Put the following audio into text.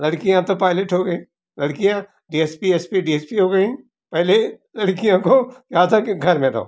लड़कियाँ तो पायलट हो गई लड़कियाँ D S P S P D S P हो गई पहले लड़कियों को यहाँ तक की घर में रहो